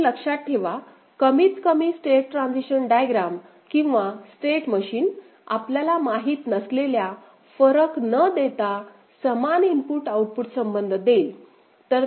म्हणून लक्षात ठेवा कमीतकमी स्टेट ट्रान्झिशन डायग्रॅम किंवा स्टेट मशीन आपल्याला माहिती नसलेल्या फरक न देता समान इनपुट आउटपुट संबंध देईल